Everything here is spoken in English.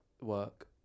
work